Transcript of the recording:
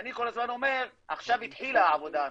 ואני כל הזמן אומר, עכשיו התחילה העבודה האמיתית,